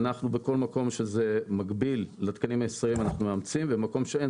ואנחנו בכל מקום שזה מקביל לתקנים הישראליים אנחנו מאמצים ומקום שאין,